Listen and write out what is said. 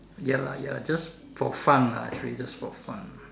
ya lah ya just for fun lah actually just for fun